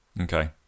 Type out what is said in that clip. Okay